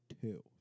two